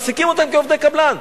מעסיקים אותם כעובדי קבלן.